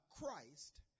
Christ